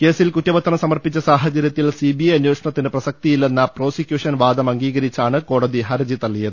കേസിൽ കുറ്റപത്രം സമർപ്പിച്ച സാഹചരൃത്തിൽ സിബിഐ അന്വേഷണത്തിന് പ്രസക്തിയില്ലെ ന്ന പ്രോസിക്യൂഷൻ വാദം അംഗീകരിച്ചാണ് കോടതി ഹർജി തള്ളിയത്